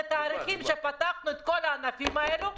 לתאריכים שפתחנו את כל הענפים האלה.